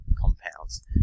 compounds